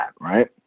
right